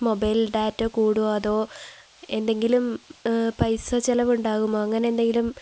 mobile data കൂടുമോ അതോ എന്തെങ്കിലും പൈസ ചെലവുണ്ടാകുമോ അങ്ങനെ എന്തെങ്കിലും